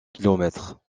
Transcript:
kilomètres